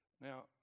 Now